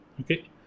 Okay